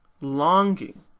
longing